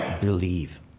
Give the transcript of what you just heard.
believe